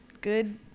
Good